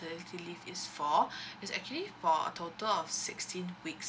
maternity leave is for it's actually for a total of sixteen weeks